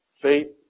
faith